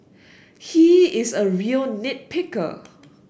he is a real nit picker